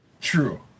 True